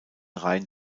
rein